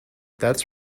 that’s